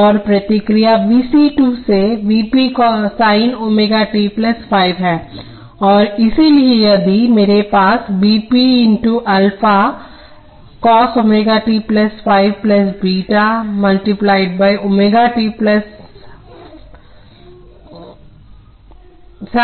और प्रतिक्रिया V c 2 से V p sin ω t ϕ है और इसलिए यदि मेरे पास V p × alpha cos ω t ϕ beta × sin ω t ϕ है